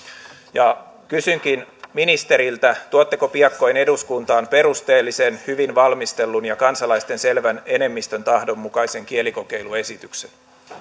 kysynkin ministeriltä tuotteko piakkoin eduskuntaan perusteellisen hyvin valmistellun ja kansalaisten selvän enemmistön tahdon mukaisen kielikokeiluesityksen